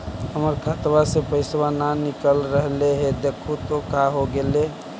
हमर खतवा से पैसा न निकल रहले हे देखु तो का होगेले?